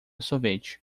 sorvete